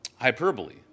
hyperbole